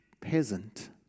peasant